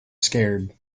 scared